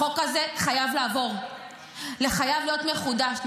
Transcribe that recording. החוק הזה חייב לעבור, חייב להיות מחודש.